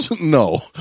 No